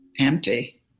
empty